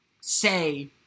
say